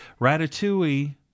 Ratatouille